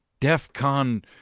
Defcon